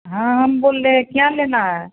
हाँ हम बोल रहे हैं क्या लेना है